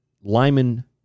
Lyman